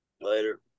Later